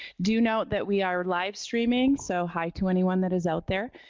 do note that we are live-streaming, so hi to anyone that is out there.